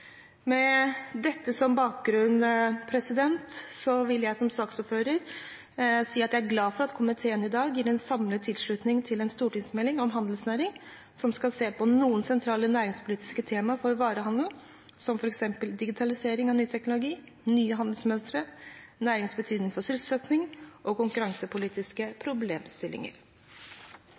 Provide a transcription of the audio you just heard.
Med dette som bakgrunn er jeg som saksordfører glad for at komiteen i dag gir en samlet tilslutning til en stortingsmelding om handelsnæringen som skal se på noen sentrale næringspolitiske temaer for varehandelen, som f.eks. digitalisering av ny teknologi, nye handelsmønstre, næringens betydning for sysselsetting og konkurransepolitiske problemstillinger.